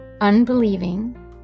unbelieving